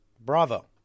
Bravo